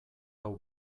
hau